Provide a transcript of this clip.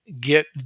get